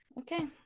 okay